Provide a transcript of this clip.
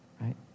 right